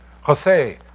Jose